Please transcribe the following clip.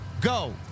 go